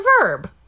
verb